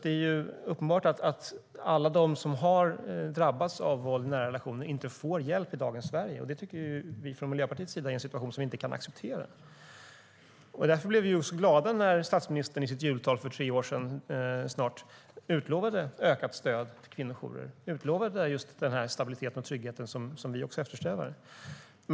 Det är alltså uppenbart att inte alla som drabbas av våld i nära relationer får hjälp i dagens Sverige, och det tycker vi från Miljöpartiets sida är en situation vi inte kan acceptera. Därför blev vi glada när statsministern i sitt jultal för snart tre år sedan utlovade ökat stöd till kvinnojourerna och utlovade just den stabilitet och trygghet vi eftersträvar.